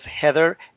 Heather